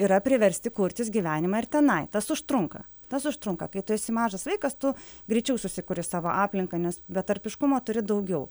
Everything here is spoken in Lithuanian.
yra priversti kurtis gyvenimą ir tenai tas užtrunka tas užtrunka kai tu esi mažas vaikas tu greičiau susikuri savo aplinką nes betarpiškumo turi daugiau